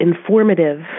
informative